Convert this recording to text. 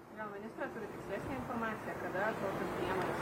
gal ministrė turi tikslesnę informaciją kada kokios priemonės